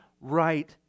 right